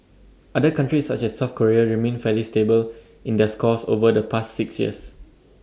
other countries such as south Korea remained fairly stable in their scores over the past six years